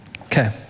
Okay